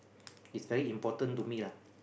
is very important to me lah